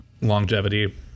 longevity